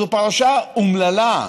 זו פרשה אומללה,